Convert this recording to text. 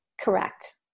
Correct